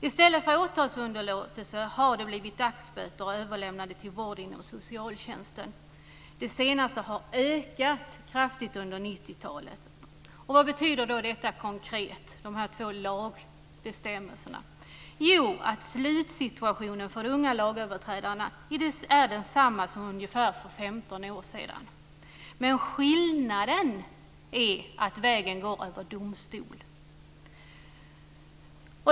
I stället för åtalsunderlåtelse har det blivit dagsböter och överlämnande till vård inom socialtjänsten. Det senaste har ökat kraftigt under 90-talet. Vad betyder då dessa två lagbestämmelserna konkret? Jo, att slutsituationen för de unga lagöverträdarna är densamma som för ungefär 15 år sedan. Men skillnaden är att vägen går över domstol.